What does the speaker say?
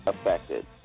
affected